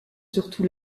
surtout